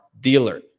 dealer